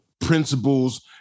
principles